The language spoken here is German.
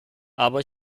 aber